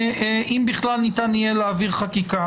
אם בכלל ניתן יהיה להעביר חקיקה.